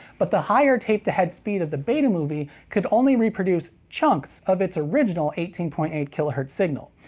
but the higher tape-to-head speed of the betamovie could only reproduce chunks of its original eighteen point eight kilohertz signal,